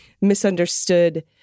misunderstood